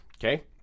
Okay